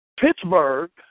Pittsburgh